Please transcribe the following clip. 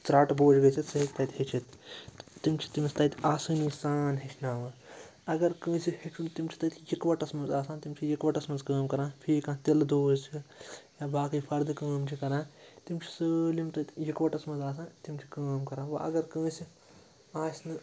ژرٛاٹہٕ بھوج گٔژھِتھ سُہ ہیٚکہِ تَتہِ ہیٚچھِتھ تِم چھِ تٔمِس تَتہِ آسٲنی سان ہیٚچھناوان اگر کٲنٛسہِ ہیٚچھُن تِم چھِ تَتہِ یِکوۄٹَس منٛز آسان تِم چھِ یِکوۄٹَس منٛز کٲم کَران فی کانٛہہ تِلہٕ دوز چھِ یا باقٕے فردٕ کٲم چھِ کَران تِم چھِ سٲلِم تَتہِ یِکوۄٹَس منٛز آسان تِم چھِ کٲم کَران وۄنۍ اگر کٲنٛسہِ آسہِ نہٕ